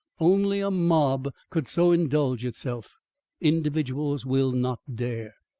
only a mob could so indulge itself individuals will not dare.